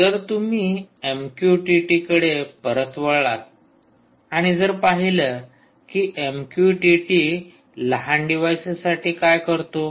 जर तुम्ही एमक्यूटीटीकडे परत वळलात आणि जर पाहिलं की एमक्यूटीटी लहान डिव्हाइसेससाठी काय करतो